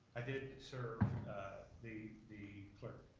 i did serve the the clerk